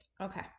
Okay